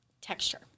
texture